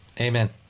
Amen